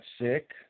sick